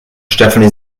stefanie